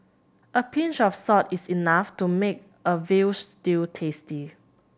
a pinch of salt is enough to make a veal stew tasty